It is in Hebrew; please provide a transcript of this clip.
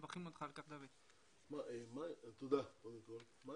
מביאה הישגים אמיתיים, ודאי לעולים, אבל גם